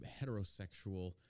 heterosexual